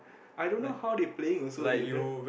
i don't know how they playing also they run